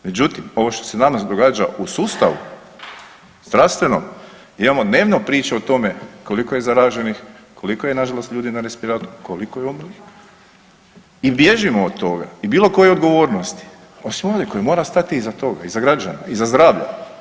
Međutim, ovo se danas događa u sustavu zdravstvenom gdje imamo dnevno priče o tome koliko je zaraženih, koliko je nažalost ljudi na respiratoru, koliko je umrlih i bježimo od toga i bilo koje odgovornosti osim vlade koja mora stati iza toga, iza građana, iza zdravlja.